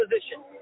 position